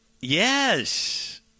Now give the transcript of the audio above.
Yes